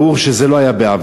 ברור שזה לא היה בעבר.